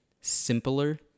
simpler